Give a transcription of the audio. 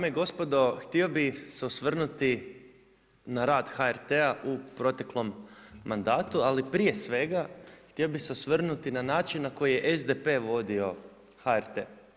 Dame i gospodo, htio bih se osvrnuti na rad HRT-a u proteklom mandatu, ali prije svega htio bi se osvrnuti na način na koji je SDP vodio HRT.